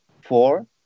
four